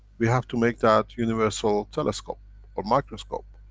we have to make that universal telescope or microscope.